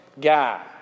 guy